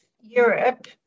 Europe